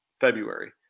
February